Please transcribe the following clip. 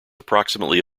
approximately